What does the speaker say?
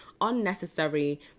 unnecessary